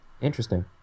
interesting